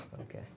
Okay